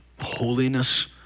holiness